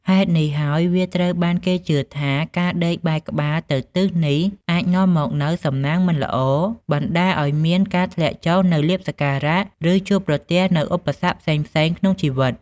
ហេតុនេះហើយ វាត្រូវបានគេជឿថា ការដេកបែរក្បាលទៅទិសនេះអាចនាំមកនូវ សំណាងមិនល្អ បណ្ដាលឱ្យមានការធ្លាក់ចុះនូវលាភសក្ការៈ ឬជួបប្រទះនូវឧបសគ្គផ្សេងៗក្នុងជីវិត។